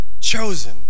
chosen